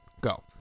go